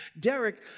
Derek